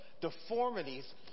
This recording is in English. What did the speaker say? deformities